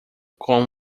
com